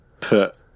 put